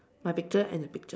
my picture and your picture